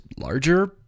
larger